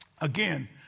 again